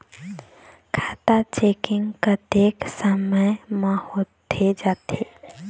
खाता चेकिंग कतेक समय म होथे जाथे?